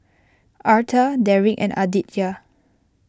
Arta Deric and Aditya